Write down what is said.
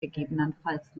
gegebenenfalls